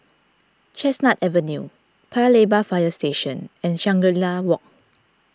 Chestnut Avenue Paya Lebar Fire Station and Shangri La Walk